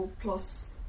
plus